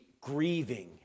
grieving